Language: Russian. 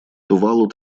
тувалу